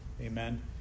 Amen